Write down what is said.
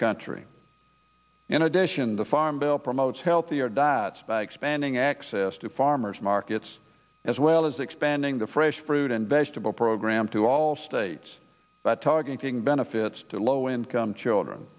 country in addition the farm bill promotes healthier dads ending access to farmers markets as well as expanding the fresh fruit and vegetable program to all states targeting benefits to low income children